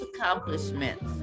accomplishments